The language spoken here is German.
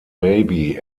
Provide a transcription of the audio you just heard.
baby